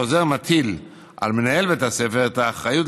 החוזר מטיל על מנהל בית הספר את האחריות